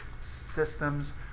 systems